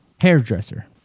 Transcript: hairdresser